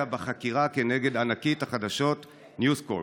בחקירה כנגד ענקית החדשות News Corp.